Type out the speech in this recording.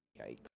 yikes